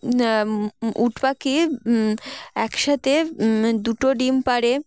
উট পাকি একসাথে দুটো ডিম পাে